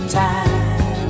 time